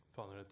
Father